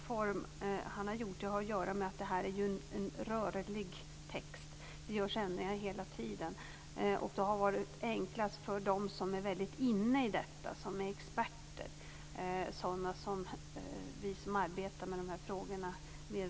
Fru talman!